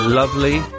lovely